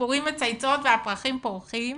הציפורים מצייצות והפרחים פורחים,